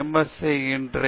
S செய்கிறேன்